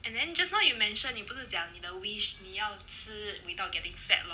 and then just now you mention 你不是讲你的 wish 你要吃 without getting fat lor